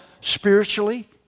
spiritually